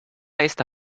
esta